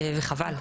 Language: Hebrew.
וחבל.